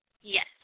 yes